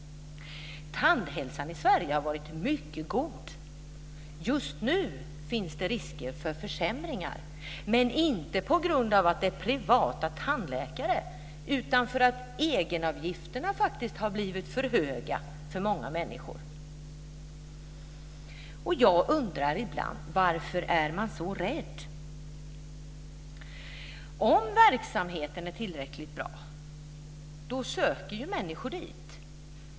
Tandhälsan i Sverige har varit mycket god. Just nu finns det risker för försämringar, men inte på grund av att det är privata tandläkare utan för att egenavgifterna faktiskt har blivit för höga för många människor. Jag undrar ibland varför man är så rädd. Om verksamheten är tillräckligt bra söker sig människor dit.